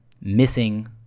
missing